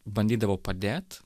bandydavo padėt